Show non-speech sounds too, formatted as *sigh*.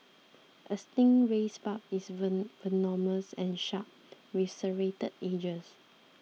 a stingray's barb is *unintelligible* venomous and sharp with serrated edges